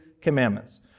commandments